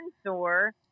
store